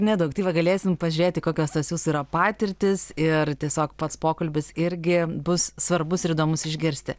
nedaug tai va galėsim pažiūrėti kokias tos jūsų yra patirtys ir tiesiog pats pokalbis irgi bus svarbus ir įdomus išgirsti